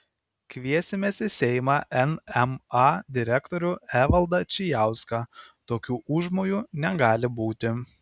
kviesimės į seimą nma direktorių evaldą čijauską tokių užmojų negali būti